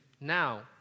now